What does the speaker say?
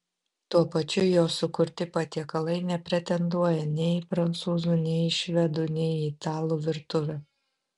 tuo pačiu jo sukurti patiekalai nepretenduoja nei į prancūzų nei į švedų nei į italų virtuvę